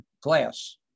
glass